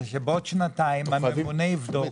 אלא שבעוד שנתיים הממונה יבדוק,